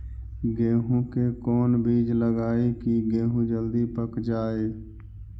गेंहू के कोन बिज लगाई कि गेहूं जल्दी पक जाए?